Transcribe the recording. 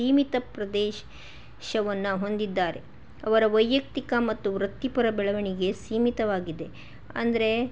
ಪ್ರದೇಶವನ್ನ ಹೊಂದಿದ್ದಾರೆ ಅವರ ವೈಯಕ್ತಿಕ ಮತ್ತು ವೃತ್ತಿಪರ ಬೆಳವಣಿಗೆ ಸೀಮಿತವಾಗಿದೆ ಅಂದರೆ